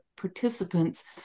participants